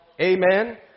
Amen